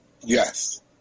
yes